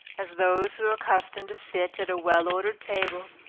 as those who are accustomed to sit at a well ordered table,